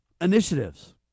initiatives